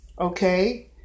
Okay